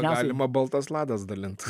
galima baltas ladas dalint